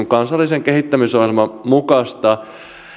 kansallisen omaishoidon kehittämisohjelman mukaista